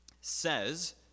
says